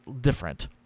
different